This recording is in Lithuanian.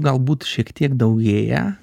galbūt šiek tiek daugėja